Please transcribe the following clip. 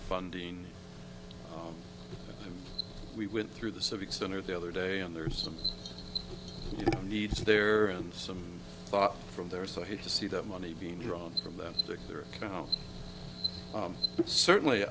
funding and we went through the civic center the other day and there's some needs there and some thoughts from there so i hate to see that money being drawn from them to their county certainly